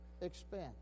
expense